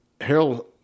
Harold